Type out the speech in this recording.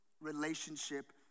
relationship